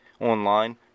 online